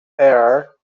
heir